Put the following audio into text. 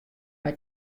mei